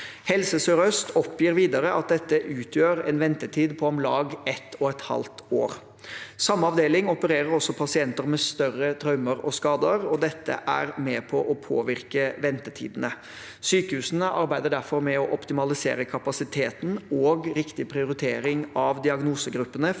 Helse sør-øst oppgir videre at dette utgjør en ventetid på om lag et og et halvt år. Samme avdeling opererer også pasienter med større traumer og skader, og dette er med på å påvirke ventetidene. Sykehuset arbeider med å optimalisere kapasiteten og med riktig prioritering av diagnosegruppene